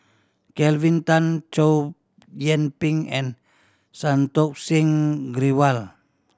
Kelvin Tan Chow Yian Ping and Santokh Singh Grewal